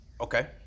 okay